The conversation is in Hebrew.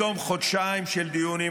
בתום חודשיים של דיונים,